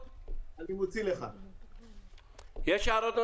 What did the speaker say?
אחסון גז שאינו טעון היתר,